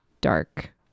dark